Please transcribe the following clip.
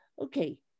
okay